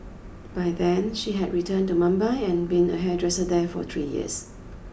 by then she had returned to Mumbai and been a hairdresser there for three years